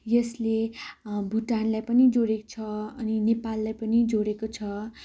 यसले भुटानलाई पनि जोडेको छ अनि नेपाललाई पनि जोडेको छ